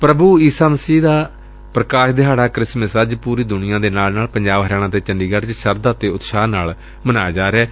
ਪੂਭੁ ਈਸਾ ਮਸੀਹ ਦਾ ਪੂਕਾਸ਼ ਦਿਹਾੜਾ ਕ੍ਸਿਮਿਸ ਅੱਜ ਪੁਰੀ ਦੁਨੀਆਂ ਦੇ ਨਾਲ ਨਾਲ ਪੰਜਾਬ ਹਰਿਆਣਾ ਤੇ ਚੰਡੀਗੜ ਚ ਸ਼ਰਧਾ ਤੇ ਉਤਸ਼ਾਹ ਨਾਲ ਮਨਾਇਆ ਜਾ ਰਿਹੈ